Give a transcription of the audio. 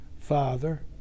Father